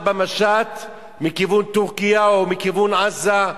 במשט מכיוון טורקיה או מכיוון עזה,